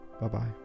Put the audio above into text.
Bye-bye